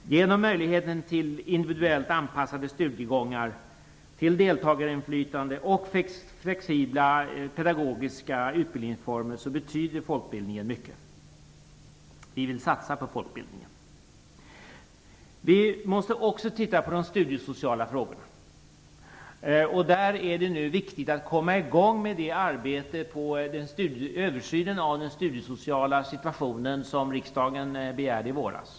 Genom möjligheten till individuellt anpassade studiegångar, deltagarinflytande och flexibla pedagogiska utbildningsformer betyder folkbildningen mycket. Vi vill satsa på folkbildningen. Vi måste också titta på de studiesociala frågorna. Där är det nu viktigt att komma igång med arbetet med översynen av den studiesociala situationen som riksdagen begärde i våras.